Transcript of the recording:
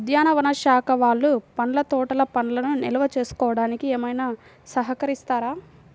ఉద్యానవన శాఖ వాళ్ళు పండ్ల తోటలు పండ్లను నిల్వ చేసుకోవడానికి ఏమైనా సహకరిస్తారా?